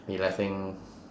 be letting